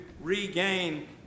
regain